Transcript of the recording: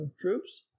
troops